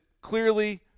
clearly